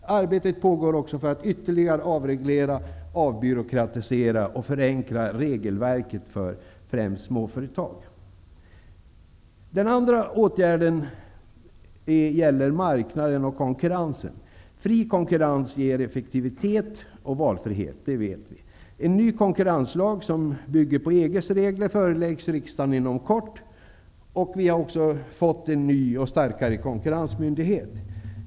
Arbete pågår också för att ytterligare avreglera, avbyråkratisera och förenkla regelverket för främst småföretag. Det andra området innefattar marknad och konkurrens. Vi vet att fri konkurrens ger effektivitet och valfrihet. En ny konkurrenslag som bygger på EG:s regler föreläggs riksdagen inom kort. Vi har fått en ny och starkare konkurrensmyndighet.